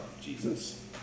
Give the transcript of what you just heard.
Jesus